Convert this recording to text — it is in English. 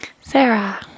Sarah